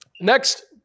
Next